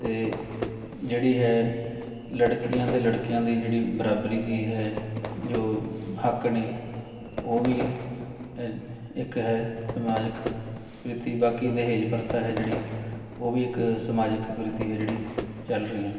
ਅਤੇ ਜਿਹੜੀ ਹੈ ਲੜਕੀਆਂ ਅਤੇ ਲੜਕਿਆਂ ਦੀ ਜਿਹੜੀ ਬਰਾਬਰੀ ਦੀ ਹੈ ਜੋ ਹੱਕ ਨੇ ਉਹ ਵੀ ਇੱਕ ਹੈ ਸਮਾਜਿਕ ਕੁਰੀਤੀ ਬਾਕੀ ਦਹੇਜ ਪ੍ਰਥਾ ਹੈ ਜਿਹੜੀ ਉਹ ਵੀ ਇੱਕ ਸਮਾਜਿਕ ਕੁਰੀਤੀ ਹੈ ਜਿਹੜੀ ਚੱਲ ਰਹੀਆਂ ਹੈ